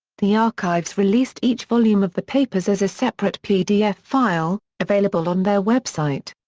the archives released each volume of the papers as a separate pdf file, available on their website.